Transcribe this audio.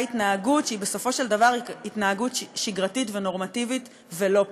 התנהגות שהיא בסופו של דבר התנהגות שגרתית ונורמטיבית ולא פלילית.